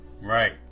right